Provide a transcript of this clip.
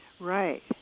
Right